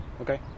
Okay